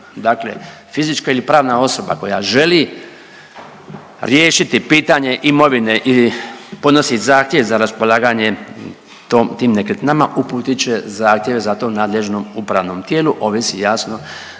Dakle, fizička ili pravna osoba koja želi riješiti pitanje imovine ili podnosi zahtjev za raspolaganje tim nekretninama uputit će zahtjev za to nadležnom upravnom tijelu, ovisi jasno